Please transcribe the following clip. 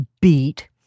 beat